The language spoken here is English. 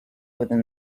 within